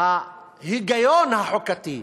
ההיגיון החוקתי,